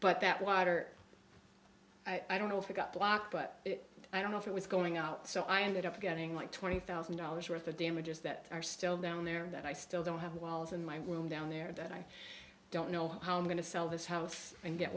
but that water i don't know if he got blocked but i don't know if it was going out so i ended up getting like twenty thousand dollars worth of damages that are still down there that i still don't have walls in my room down there that i don't know how i'm going to sell this house and get